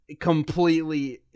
completely